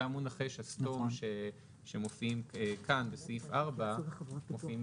אותם מונחי שסתום שמופיעים כאן בסעיף 4 מופיעים